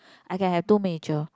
I can have two major